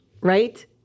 right